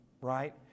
right